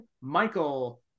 Michael